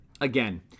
again